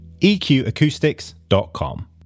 EQAcoustics.com